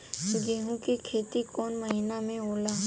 गेहूं के खेती कौन महीना में होला?